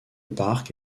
parc